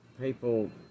people